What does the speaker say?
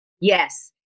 Yes